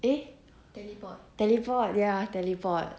eh teleport ya teleport